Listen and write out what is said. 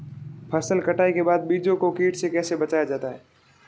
फसल कटाई के बाद बीज को कीट से कैसे बचाया जाता है?